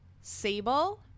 sable